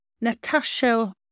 Natasha